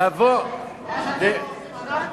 אנחנו מגינים על אוכלוסיות,